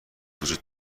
وجود